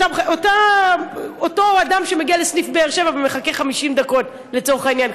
אותו אדם שמגיע לסניף באר-שבע ומחכה 50 דקות לצורך העניין,